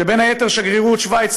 שבין היתר שגרירות שווייץ,